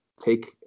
take